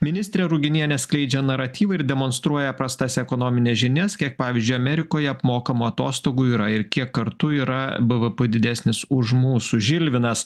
ministrė ruginienė skleidžia naratyvą ir demonstruoja prastas ekonomines žinias kiek pavyzdžiui amerikoje apmokamų atostogų yra ir kiek kartų yra bvp didesnis už mūsų žilvinas